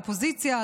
האופוזיציה,